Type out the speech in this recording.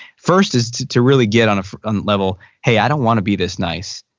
first is to to really get on a front level. hey i don't want to be this nice.